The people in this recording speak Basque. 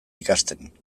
ikasten